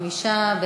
5,